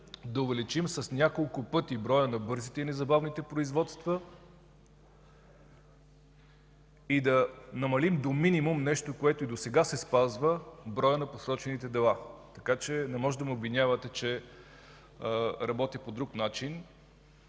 да увеличим с няколко пъти броя на бързите и незабавните производства и да намалим до минимум нещо, което и досега се спазва – броя на просрочените дела. Затова не можете да ме обвинявате, че работя по друг начин,